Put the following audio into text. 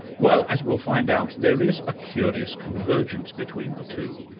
well, as we'll find out, there is a curious convergence between the two.